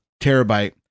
terabyte